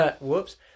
Whoops